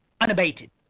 unabated